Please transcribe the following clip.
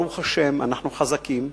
ברוך השם אנחנו חזקים,